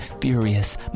furious